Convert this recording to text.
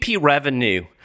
revenue